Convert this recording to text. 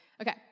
Okay